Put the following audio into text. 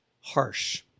harsh